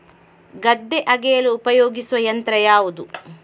ಗದ್ದೆ ಅಗೆಯಲು ಉಪಯೋಗಿಸುವ ಯಂತ್ರ ಯಾವುದು?